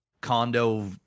condo